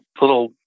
little